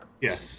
Yes